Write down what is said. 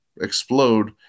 explode